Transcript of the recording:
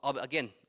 Again